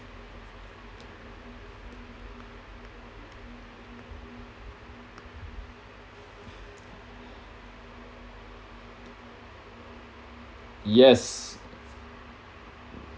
yes